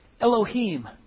Elohim